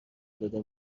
داده